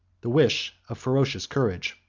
the wish of ferocious courage.